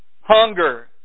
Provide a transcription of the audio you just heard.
hunger